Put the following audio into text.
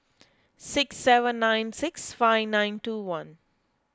six seven nine six five nine two one